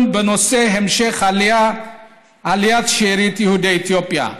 בנושא המשך עליית שארית יהודי אתיופיה.